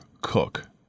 Cook